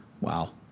Wow